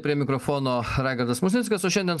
prie mikrofono raigardas musnickas o šiandien